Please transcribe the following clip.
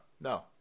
no